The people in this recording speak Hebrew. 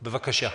בבקשה.